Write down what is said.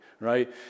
right